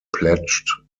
pledged